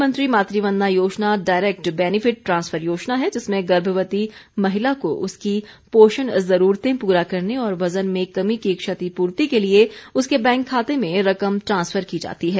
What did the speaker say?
प्रधानमंत्री Matru Vandana Yojana direct benefit transfer योजना है जिसमें गर्भवती महिला को उसकी पोषण जरूरतें पूरा करने और वजन में कमी की क्षतिपूर्ति के लिए उसके बैंक खाते में रकम ट्रांसफर की जाती है